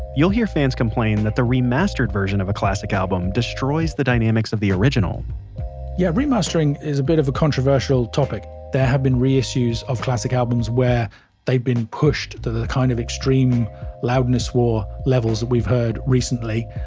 you'll hear fans complain that the remastered version of a classic album destroys the dynamics of the original yeah, remastering is a bit of a controversial topic there have been reissues of classic albums where they've been pushed to the kind of extreme loudness war levels that we've heard recently,